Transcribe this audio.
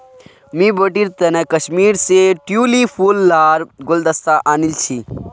मुई बेटीर तने कश्मीर स ट्यूलि फूल लार गुलदस्ता आनील छि